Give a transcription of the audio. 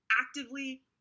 actively